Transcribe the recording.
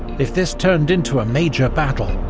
if this turned into a major battle,